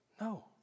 No